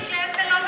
שהם לא,